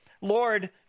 Lord